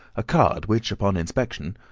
a card which, upon inspection,